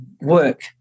work